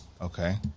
Okay